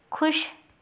ਖੁਸ਼